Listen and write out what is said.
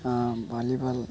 volley ball